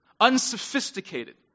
unsophisticated